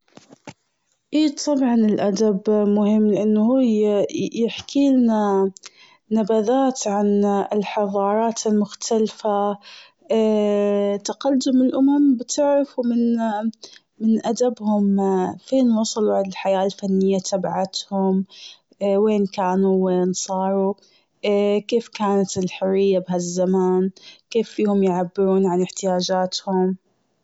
اي طبعاً الأدب مهم لأنه هو ي- يحكي لنا نبذات عن الحضارات المختلفة. تقدم الأمم بتعرفوا من أدبهم فين وصلوا للحياة الفنية تبعتهم؟ وين كانوا ؟ وين صاروا؟ كيف كانت الحرية بهالزمان؟ كيف فيهم يعبرون عن احتياجاتهم؟